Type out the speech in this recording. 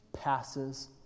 passes